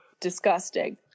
disgusting